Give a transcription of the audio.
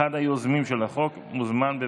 חבר הכנסת מרגי וחבר